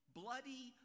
bloody